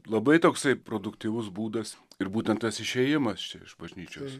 labai toksai produktyvus būdas ir būtent tas išėjimas čia iš bažnyčios